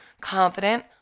confident